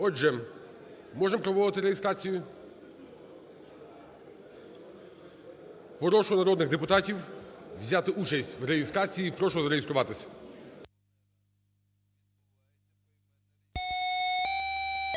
Отже, можемо проводити реєстрацію? Прошу народних депутатів взяти участь в реєстрації. Прошу зареєструватись.